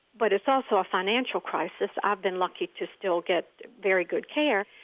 but is also a financial crisis i've been lucky to still get very good care.